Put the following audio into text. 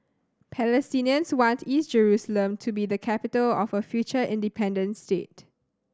Palestinians want East Jerusalem to be the capital of a future independent state